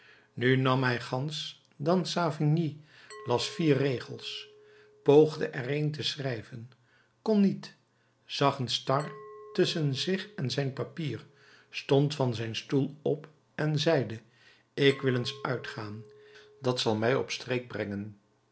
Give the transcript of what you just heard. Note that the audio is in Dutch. nu nam hij gans dan savigny las vier regels poogde er een te schrijven kon niet zag een star tusschen zich en zijn papier stond van zijn stoel op en zeide ik wil eens uitgaan dat zal mij op streek brengen